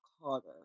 harder